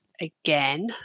again